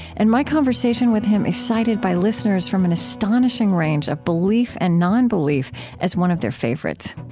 and my conversation with him is cited by listeners from an astonishing range of belief and non-belief as one of their favorites.